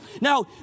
Now